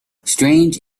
strange